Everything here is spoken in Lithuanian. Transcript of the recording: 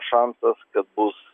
šansas bus